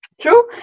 True